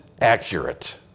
accurate